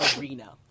arena